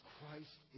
Christ